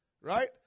right